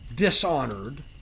dishonored